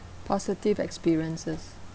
positive experiences